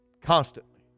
Constantly